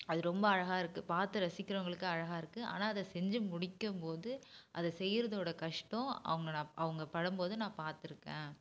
அது ரொம்ப அழகாக இருக்குது பார்த்து ரசிக்கிறவங்களுக்கு அழகாக இருக்குது ஆனால் அதை செஞ்சி முடிக்கும் போது அதை செய்கிறதோட கஷ்டம் அவங்க அவங்க பண்ணும் போது நான் பார்த்துருக்கேன்